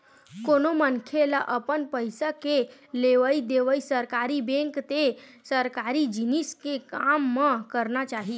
कोनो मनखे ल अपन पइसा के लेवइ देवइ सरकारी बेंक ते सरकारी जिनिस के काम म करना चाही